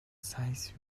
size